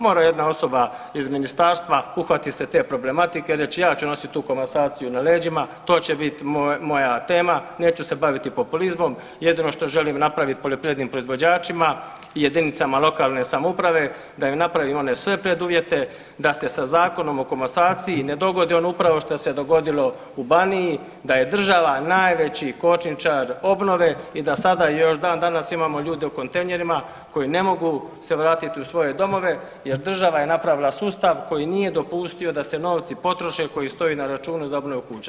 Mora jedna osoba iz ministarstva uhvatit se te problematike, reć ja ću nositi tu komasaciju na leđima to će bit moja tema, neću se baviti populizmom, jedino što želim napraviti poljoprivrednim proizvođačima i jedinicama lokalne samouprave da im napravim one sve preduvjete da se sa Zakonom o komasaciji ne dogodi upravo ono što se dogodilo u Baniji, da je država najveći kočničar obnove i da sada još dan danas imamo ljude u kontejnerima koji ne mogu se vratiti u svoje domove jer država je napravila sustav koji nije dopustio da se novi potroše koji stoje na računu za obnovu kuća.